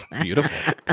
Beautiful